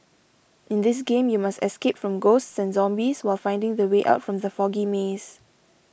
in this game you must escape from ghosts and zombies while finding the way out from the foggy maze